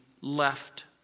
left